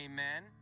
Amen